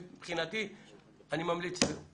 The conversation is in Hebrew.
מבחינתי אני ממליץ להוריד את הסעיף הזה.